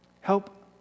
Help